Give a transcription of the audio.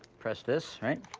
press this, right?